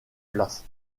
place